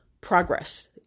progress